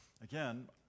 Again